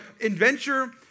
adventure